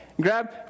Grab